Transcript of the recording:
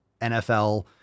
NFL